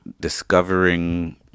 discovering